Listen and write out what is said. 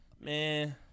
Man